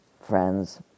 friends